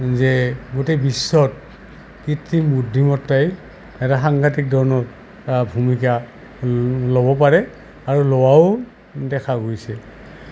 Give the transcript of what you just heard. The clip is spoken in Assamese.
যে গোটেই বিশ্বত কৃত্ৰিম বুদ্ধিমত্তাই এটা সাংঘাতিক ধৰণৰ ভূমিকা ল'ব পাৰে আৰু লোৱাও দেখা গৈছে